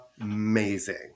amazing